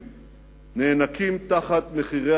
תחליט מה